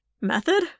method